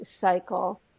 cycle